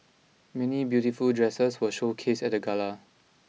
many beautiful dresses were showcased at the gala